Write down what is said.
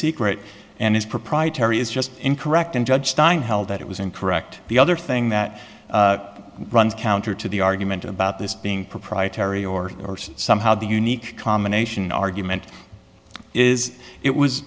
secret and is proprietary is just incorrect and judge stein held that it was incorrect the other thing that runs counter to the argument about this being proprietary or somehow the unique combination argument is it was